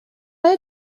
آیا